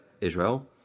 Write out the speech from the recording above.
Israel